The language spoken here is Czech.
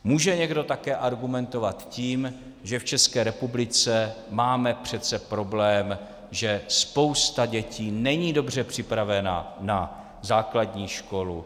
Může někdo také argumentovat tím, že v České republice máme přece problém, že spousta dětí není dobře připravena na základní školu.